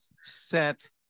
set